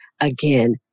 again